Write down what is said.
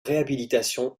réhabilitation